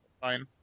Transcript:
fine